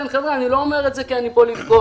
אני לא אומר את זה כי אני כאן לבכות.